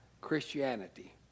Christianity